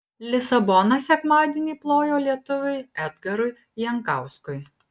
lisabona sekmadienį plojo lietuviui edgarui jankauskui